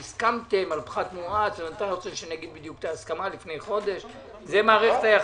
לפני חודש - זו מערכת היחסים?